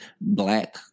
black